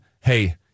hey